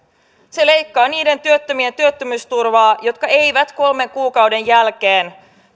se leikkaa niiden työttömien työttömyysturvaa jotka eivät kolmen kuukauden jälkeen